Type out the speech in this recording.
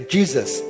Jesus